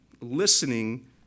listening